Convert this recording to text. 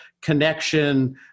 connection